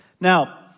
Now